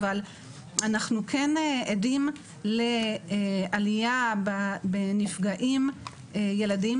אבל אנחנו כן עדים לעליה בנפגעים ילדים